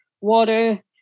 water